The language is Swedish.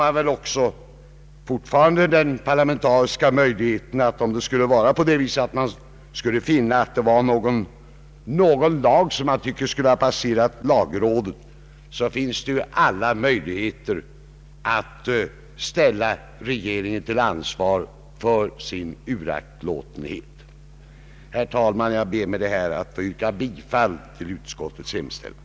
Dessutom finns ju fortfarande den parlamentariska möjligheten, om man nu skulle anse att någon lag borde ha passerat lagrådet, att ställa regeringen till ansvar för dess uraktlåtenhet. Herr talman! Jag ber att med detta få yrka bifall till utskottets hemställan.